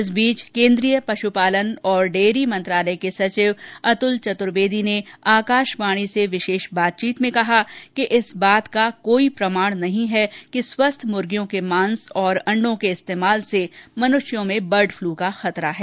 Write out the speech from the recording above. इस बीच केन्द्रीय पशुपालन और डेयरी मंत्रालय के सचिव अतुल चतुर्वेदी ने आकाशवाणी से विशेष बातचीत में कहा कि इस बात का कोई प्रमाण नहीं है कि स्वस्थ मुर्गियों के मांस और अण्डों के इस्तेमाल से मनुष्यों में बर्ड फ्लू का खतरा है